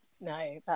No